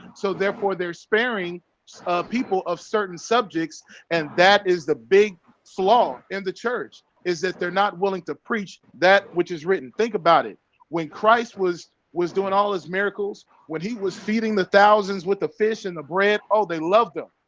so therefore they're sparing people of certain subjects and that is the big flaw in the church is that they're not willing to preach that which is written think about it when christ was was doing all his miracles when he was feeding the thousands with the fish and the bread oh, they loved them.